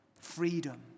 freedom